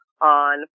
on